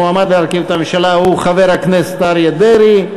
המועמד להרכיב את הממשלה הוא חבר הכנסת אריה דרעי.